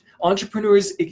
Entrepreneurs